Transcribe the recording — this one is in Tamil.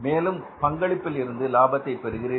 மேலும் பங்களிப்பில் இருந்து லாபத்தை பெறுகிறீர்கள்